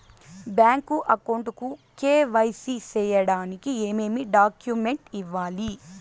Bank account కు KYC సేయడానికి ఏమేమి డాక్యుమెంట్ ఇవ్వాలి?